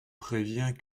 préviens